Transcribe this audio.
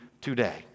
today